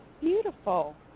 Beautiful